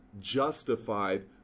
justified